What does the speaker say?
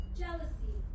jealousy